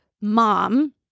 mom